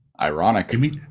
Ironic